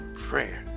prayer